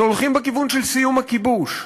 שהולכים בכיוון של סיום הכיבוש,